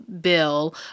bill